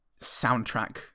soundtrack